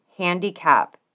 handicap